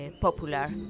popular